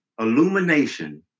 illumination